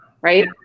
right